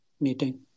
meeting